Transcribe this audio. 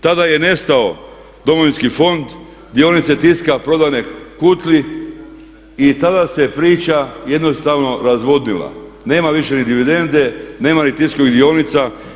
Tada je nestao domovinski fond, dionice Tiska prodane Kutli i tada se priča jednostavno razvodnila, nema više ni dividende, nema ni tiskovih dionica.